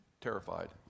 terrified